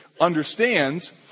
understands